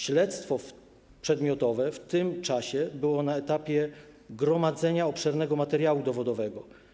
Śledztwo przedmiotowe w tym czasie było na etapie gromadzenia obszernego materiału dowodowego.